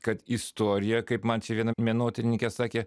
kad istorija kaip man čia viena menotyrininkė sakė